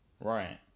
right